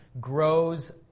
grows